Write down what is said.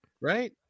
right